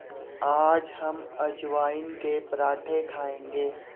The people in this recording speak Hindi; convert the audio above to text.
आज हम अजवाइन के पराठे खाएंगे